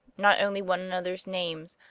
not only one another's names,